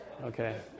Okay